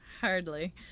Hardly